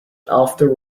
after